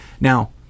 Now